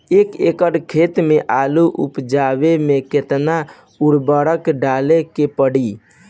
एक एकड़ खेत मे आलू उपजावे मे केतना उर्वरक डाले के पड़ी?